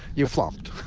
you flomped.